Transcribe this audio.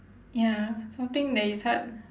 ya something that is hard